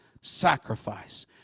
sacrifice